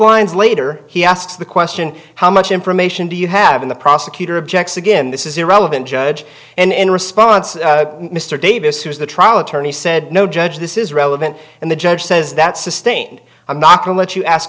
lines later he asks the question how much information do you have in the prosecutor objects again this is irrelevant judge and in response mr davis who is the trial attorney said no judge this is relevant and the judge says that sustained i'm not going let you ask